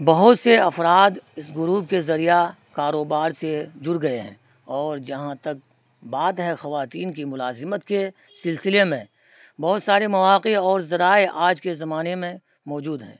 بہت سے افراد اس گروب کے ذریعہ کاروبار سے جڑ گئے ہیں اور جہاں تک بات ہے خواتین کی ملازمت کے سلسلے میں بہت سارے مواقع اور ذرائع آج کے زمانے میں موجود ہیں